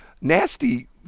nasty